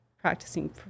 practicing